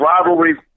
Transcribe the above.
rivalry